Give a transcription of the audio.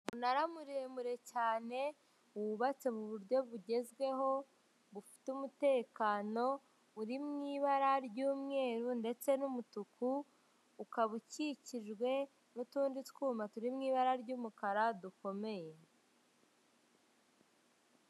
Umunara muremure cyane wubatse mu buryo bugezweho bufite umutekano, uri mu ibara ry'umweru ndetse n'umutuku ukaba ukikijwe n'utundi twuyuma turi mu ibara ry'umukara dukomeye.